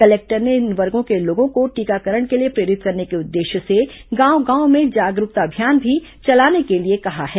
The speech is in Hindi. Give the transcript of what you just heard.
कलेक्टर ने इस वर्गों के लोगों को टीकाकरण के लिए प्रेरित करने के उद्देश्य से गांव गांव में जागरूकता अभियान भी चलाने के लिए कहा है